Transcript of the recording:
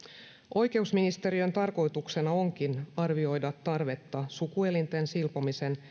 oikeusministeriön tarkoituksena onkin arvioida tarvetta sukuelinten silpomisen